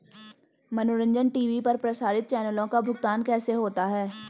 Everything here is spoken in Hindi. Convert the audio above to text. मनोरंजन टी.वी पर प्रसारित चैनलों का भुगतान कैसे होता है?